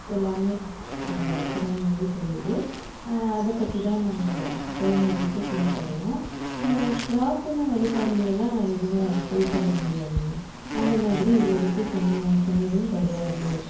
எல்லாமே குரான் வந்து சொல்லுது அதை பற்றி தான் நாங்கள் குழந்தைகளுக்கும் சொல்லித்தருவோம் பிரார்த்தனை வழிபாட்டுல எல்லாம் எதுவும் பொய் சொல்ல முடியாதுங்க அந்த மாதிரி இதுவரைக்கும் சொன்ன சொன்னதும் கிடையாது